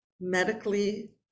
medically